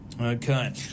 okay